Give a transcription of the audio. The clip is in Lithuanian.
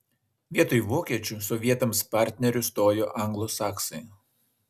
vietoj vokiečių sovietams partneriu stojo anglosaksai